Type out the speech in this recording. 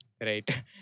right